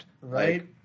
Right